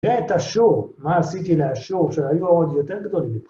ואת השואו, מה עשיתי לשואו של היו עוד יותר גדולים?